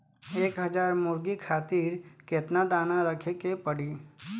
एक हज़ार मुर्गी खातिर केतना दाना रखे के पड़ी?